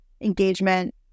engagement